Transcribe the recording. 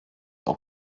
auch